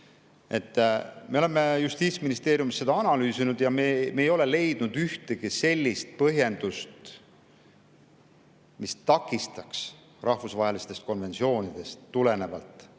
Me oleme Justiitsministeeriumis seda analüüsinud ja me ei ole leidnud ühtegi põhjendust, et meil oleks takistusi saada rahvusvahelistest konventsioonidest tulenevalt